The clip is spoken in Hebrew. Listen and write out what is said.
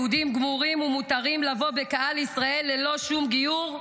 יהודים גמורים ומותרים לבוא בקהל ישראל ללא שום גיור,